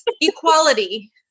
equality